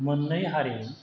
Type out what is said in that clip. मोननै हारिनि